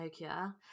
Nokia